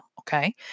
okay